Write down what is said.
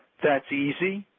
that is easy,